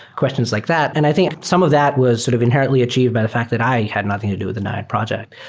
questions like that. and i think some of that was sort of inherently achieved by the fact that i had nothing to do with the naiad project.